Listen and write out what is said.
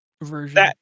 version